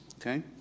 Okay